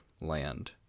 land